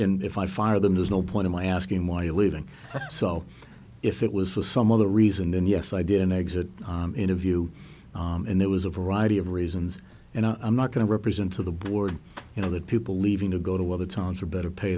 in if i fire them there's no point in my asking why you're leaving so if it was for some other reason then yes i did an exit interview and there was a variety of reasons and i'm not going to represent to the board you know that people leaving to go to other towns for better pay